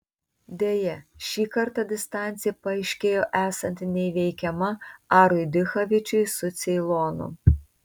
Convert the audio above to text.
deja šį kartą distancija paaiškėjo esanti neįveikiama arui dichavičiui su ceilonu